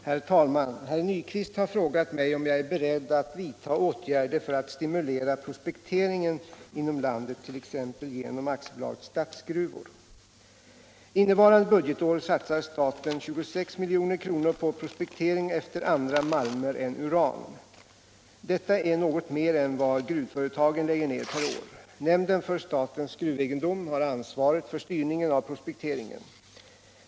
Herr talman! Herr Nyquist har frågat mig om jag är beredd att vidta åtgärder för att stimulera prospekteringen inom landet, t.ex. genom AB Statsgruvor. Innevarande budgetår satsar staten 26 milj.kr. på prospektering efter andra malmer än uran. Detta är något mer än vad gruvföretagen lägger ner per år. Nämnden för statens gruvegendom har ansvaret för styrningen av prospekteringen.